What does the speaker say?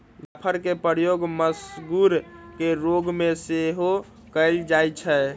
जाफरके प्रयोग मसगुर के रोग में सेहो कयल जाइ छइ